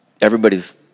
everybody's